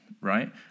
right